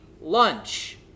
lunch